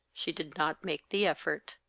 she did not make the effort.